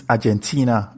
Argentina